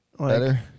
Better